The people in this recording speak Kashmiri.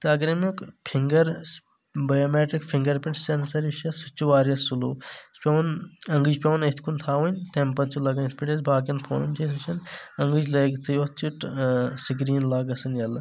تہٕ اگر امیُک finger biometric finger print sensor یُس چھُ اتھ سُہ تہِ چھُ واریاہ سلو سُہ چھِ پیٚوان اونٛگٕچ پٮ۪وان أتھۍ کُن تھاوٕنۍ تمہِ پتہٕ چھُ لگان یِتھ پٲٹھۍ أسۍ باقٮ۪ن فونن چھِ أسۍ وٕچھان اونٛگٕچ لٲگتھٕے یوت چھُ سکریٖن لاک گژھان یَلہٕ